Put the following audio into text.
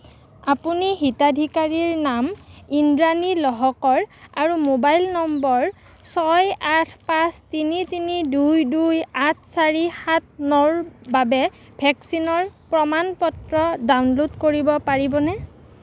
আপুনি হিতাধিকাৰীৰ নাম ইন্দ্ৰাণী লহকৰ আৰু মোবাইল নম্বৰ ছয় আঠ পাঁচ তিনি তিনি দুই দুই আঠ চাৰি সাত নৰ বাবে ভেকচিনৰ প্ৰমাণ পত্ৰ ডাউনলোড কৰিব পাৰিবনে